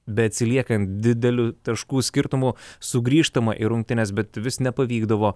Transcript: beatsiliekant dideliu taškų skirtumu sugrįžtama į rungtynes bet vis nepavykdavo